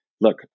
look